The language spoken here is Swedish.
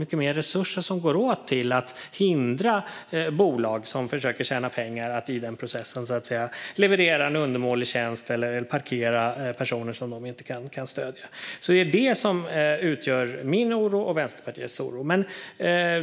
Det är mycket resurser som går åt till att hindra bolag som försöker tjäna pengar från att i den processen leverera en undermålig tjänst eller parkera personer som de inte kan stödja. Det är alltså det som utgör min och Vänsterpartiets oro.